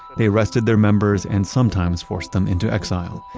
they arrested their members and sometimes forced them into exile.